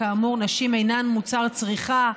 כאמור, נשים אינן מוצר צריכה.